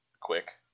quick